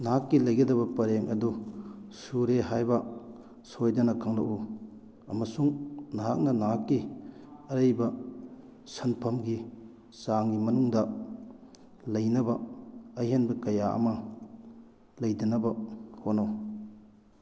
ꯅꯍꯥꯛꯀꯤ ꯂꯩꯒꯗꯕ ꯄꯔꯦꯡ ꯑꯗꯨ ꯁꯨꯔꯦ ꯍꯥꯏꯕ ꯁꯣꯏꯗꯅ ꯈꯪꯂꯛꯎ ꯑꯃꯁꯨꯡ ꯅꯍꯥꯛꯅ ꯅꯍꯥꯛꯀꯤ ꯑꯔꯩꯕ ꯁꯟꯐꯝꯒꯤ ꯆꯥꯡꯒꯤ ꯃꯅꯨꯡꯗ ꯂꯩꯅꯕ ꯑꯍꯦꯟꯕ ꯀꯌꯥ ꯑꯃ ꯂꯩꯗꯅꯕ ꯍꯣꯠꯅꯧ